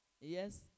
Yes